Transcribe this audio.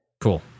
Cool